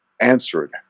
answered